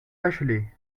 bachelay